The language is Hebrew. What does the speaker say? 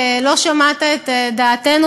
לא שמעת את דעתנו,